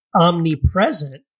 omnipresent